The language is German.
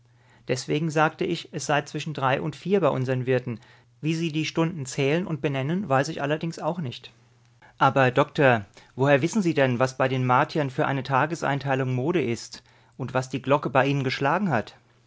deswegen sagte ich es sei zwischen drei und vier bei unsern wirten wie sie die stunden zählen und benennen weiß ich allerdings auch nicht aber doktor woher wissen sie denn was bei den martiern für eine tageseinteilung mode ist und was die glocke bei ihnen geschlagen hat